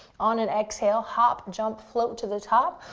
on an exhale, hop, jump, float to the top,